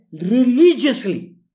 religiously